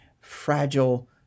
fragile